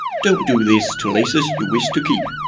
don't do this to lasers you wish to keep!